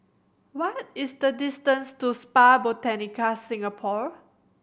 what is the distance to Spa Botanica Singapore